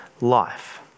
life